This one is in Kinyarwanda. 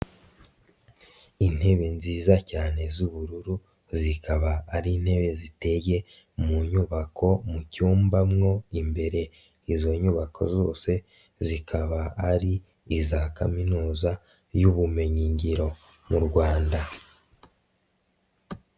Intebe nziza cyane z'ubururu, zikaba ari intebe ziteye mu nyubako mu cyumba mwo imbere. Izo nyubako zose zikaba ari iza Kaminuza y'ubumenyin ngiro mu Rwanda.